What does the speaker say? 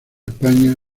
españa